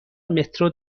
مترو